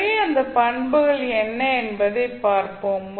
எனவே அந்த பண்புகள் என்ன என்பதைப் பார்ப்போம்